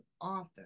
author